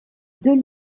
deux